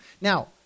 Now